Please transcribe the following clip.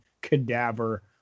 cadaver